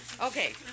Okay